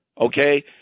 okay